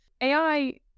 ai